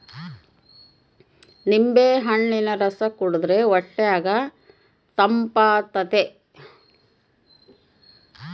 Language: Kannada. ನಿಂಬೆಹಣ್ಣಿನ ರಸ ಕುಡಿರ್ದೆ ಹೊಟ್ಯಗ ತಂಪಾತತೆ